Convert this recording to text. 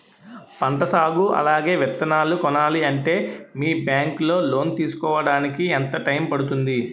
పంట సాగు అలాగే విత్తనాలు కొనాలి అంటే మీ బ్యాంక్ లో లోన్ తీసుకోడానికి ఎంత టైం పడుతుంది?